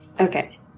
Okay